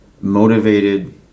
motivated